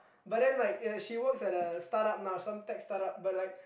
but then like uh she works at a startup now some tech startup but like